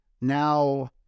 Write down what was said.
now